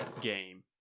game